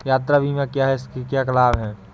यात्रा बीमा क्या है इसके क्या लाभ हैं?